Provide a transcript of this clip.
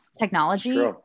technology